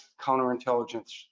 counterintelligence